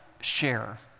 share